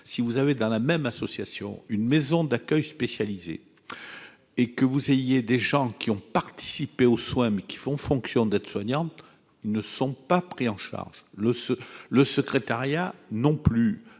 si vous avez dans la même association, une maison d'accueil spécialisée et que vous ayez des gens qui ont participé aux soins mais qui font fonction d'aide-soignante, ils ne sont pas pris en charge le le secrétariat non plus